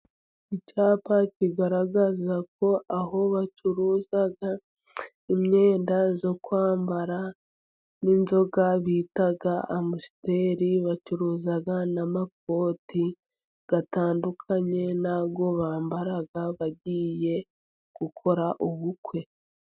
Icyapa kigaragaza ko aho bacuruza imyenda yo kwambara, n'inzoga bita amusiteri, bacuruza n'amakoti atandukanye n'ayo bambara bagiye gukora ubukwe.